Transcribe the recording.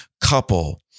couple